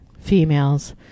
females